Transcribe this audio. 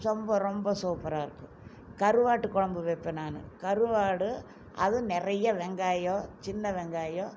ரொம்ப ரொம்ப சூப்பராக இருக்கும் கருவாட்டுக் குழம்பு வைப்பேன் நான் கருவாடு அது நிறைய வெங்காயம் சின்ன வெங்காயம்